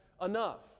enough